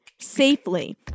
safely